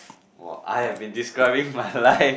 !wah! I have been describing my life